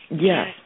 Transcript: Yes